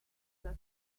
las